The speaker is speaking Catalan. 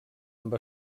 amb